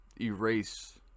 erase